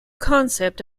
concept